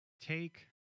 take